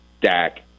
Dak